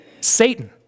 Satan